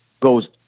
goes